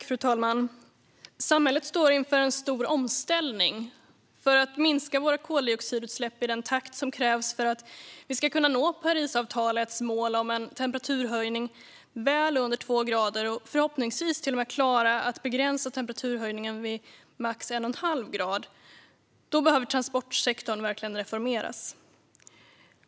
Fru talman! Samhället står inför en stor omställning. För att minska våra koldioxidutsläpp i den takt som krävs för att vi ska kunna nå Parisavtalets mål om en temperaturhöjning väl under två grader, och förhoppningsvis till och med klara att begränsa temperaturhöjningen till max en och en halv grad, behöver transportsektorn verkligen reformeras.